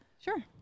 sure